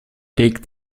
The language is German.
legt